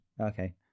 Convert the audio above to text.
Okay